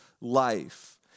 life